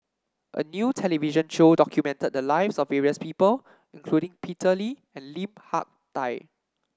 a new television show documented the lives of various people including Peter Lee and Lim Hak Tai